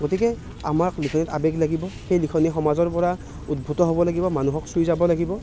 গতিকে আমাক লিখনিত আৱেগ লাগিব সেই লিখনি সমাজৰ পৰা উদ্ভৱ হ'ব লাগিব মানুহক চুই যাব লাগিব